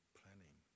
planning